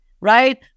right